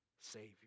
Savior